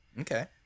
Okay